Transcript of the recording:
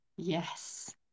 yes